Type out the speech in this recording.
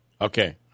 Okay